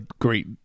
great